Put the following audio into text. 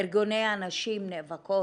ארגוני הנשים נאבקים